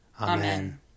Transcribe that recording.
Amen